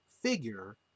figure